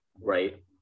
right